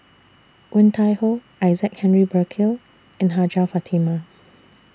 Woon Tai Ho Isaac Henry Burkill and Hajjah Fatimah